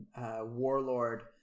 warlord